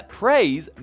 praise